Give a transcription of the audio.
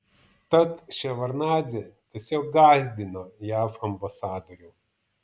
tad ševardnadzė tiesiog gąsdino jav ambasadorių